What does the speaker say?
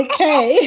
Okay